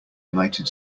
united